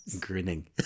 grinning